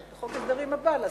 לעשות את זה בחוק ההסדרים הבא.